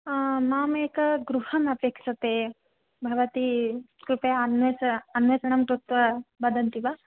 मामेका गृहमपेक्ष्यते भवती कृपया अन्वेस अन्वेषणं कृत्वा वदन्ति वा